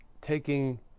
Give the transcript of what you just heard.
taking